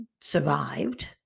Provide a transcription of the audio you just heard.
survived